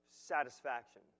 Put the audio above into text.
satisfaction